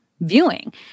viewing